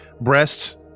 breasts